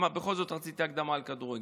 בכל זאת רציתי את ההקדמה על כדורגל.